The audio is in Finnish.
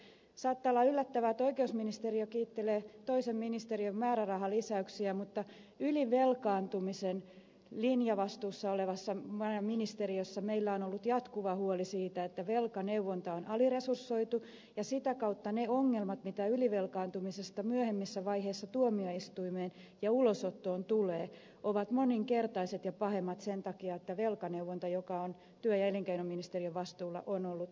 saattaa olla yllättävää että oikeusministeriö kiittelee toisen ministeriön määrärahalisäyksiä mutta ylivelkaantumisen linjavastuussa olevassa ministeriössä meillä on ollut jatkuva huoli siitä että velkaneuvonta on aliresursoitu ja sitä kautta ne ongelmat mitä ylivelkaantumisesta myöhemmissä vaiheissa tuomioistuimeen ja ulosottoon tulee ovat moninkertaiset ja pahemmat sen takia että velkaneuvonta joka on työ ja elinkeinoministeriön vastuulla on ollut aliresursoitu